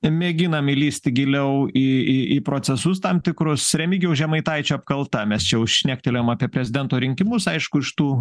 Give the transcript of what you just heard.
mėginam įlįsti giliau į į į procesus tam tikrus remigijaus žemaitaičio apkalta mes čia jau šnektelėjom apie prezidento rinkimus aišku iš tų